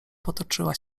potoczyła